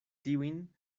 tiujn